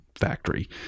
factory